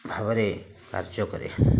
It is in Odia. ଭାବରେ କାର୍ଯ୍ୟ କରେ